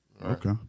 Okay